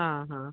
हा हा